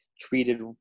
treated